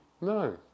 No